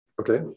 Okay